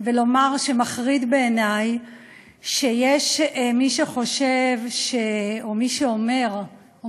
ולומר שמחריד בעיני שיש מי שחושב או מי שאומר או